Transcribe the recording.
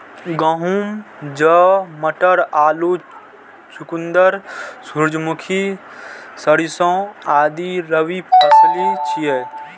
गहूम, जौ, मटर, आलू, चुकंदर, सूरजमुखी, सरिसों आदि रबी फसिल छियै